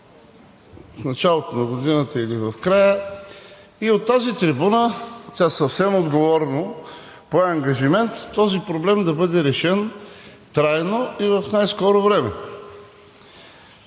в началото на годината или в края, и от тази трибуна тя съвсем отговорно пое ангажимент този проблем да бъде решен трайно и в най-скоро време.